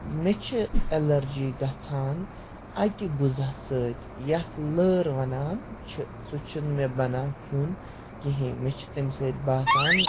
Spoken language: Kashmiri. مےٚ چھِ ایٚلَرجی گژھان اَکہِ غُذا سۭتۍ یَتھ لٲر وَنان چھِ سُہ چھُنہٕ مےٚ بَنان کھیٚون کہیٖنۍ مےٚ چھِ تَمہِ سۭتۍ باسان